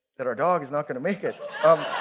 that our dog is not gonna make it.